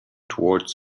toward